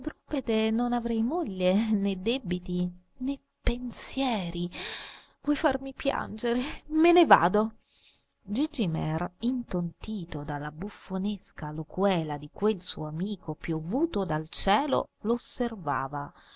quadrupede non avrei moglie né debiti né pensieri vuoi farmi piangere me ne vado gigi mear intontito dalla buffonesca loquela di quel suo amico piovuto dal cielo lo osservava